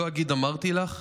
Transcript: לא אגיד: אמרתי לך,